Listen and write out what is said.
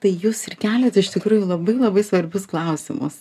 tai jūs ir keliat iš tikrųjų labai labai svarbius klausimus